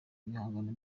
ibihangano